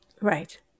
right